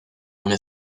una